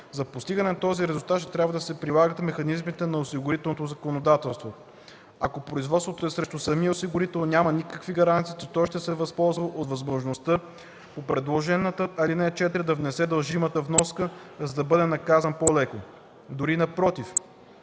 За постигане на този резултат ще трябва да се прилагат механизмите на осигурителното законодателство. Ако производството е срещу самия осигурител, няма никакви гаранции, че той ще се възползва от възможността по предложената ал. 4 да внесе дължимите вноски, за да бъде наказан по-леко. Дори напротив